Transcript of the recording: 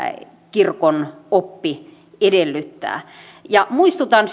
kirkon oppi edellyttää ja muistutan